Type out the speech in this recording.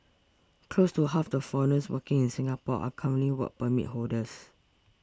close to half the foreigners working in Singapore are currently Work Permit holders